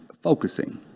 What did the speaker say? focusing